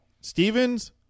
Stevens